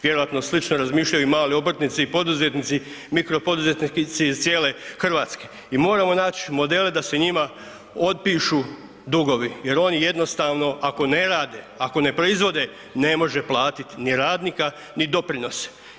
Vjerojatno slično razmišljaju i mali obrtnici i poduzetnici, mikro poduzetnici iz cijele Hrvatske i moramo naći modele da se njima otpišu dugovi jer oni jednostavno ako ne rade, ako ne proizvode ne može platiti ni radnika ni doprinose.